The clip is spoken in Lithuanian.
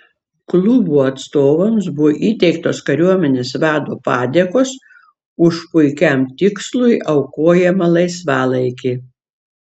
klubų atstovams buvo įteiktos kariuomenės vado padėkos už puikiam tikslui aukojamą laisvalaikį